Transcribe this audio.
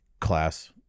class